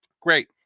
great